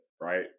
right